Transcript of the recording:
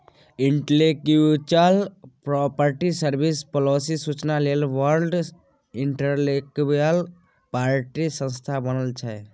intellectual property service, policy सुचना लेल world intellectual property संस्था बनल छै